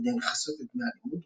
וכדי לכסות את דמי הלימוד,